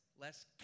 less